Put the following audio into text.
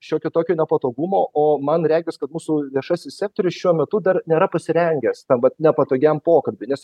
šiokio tokio nepatogumo o man regis kad mūsų viešasis sektorius šiuo metu dar nėra pasirengęs tam vat nepatogiam pokalbiui nes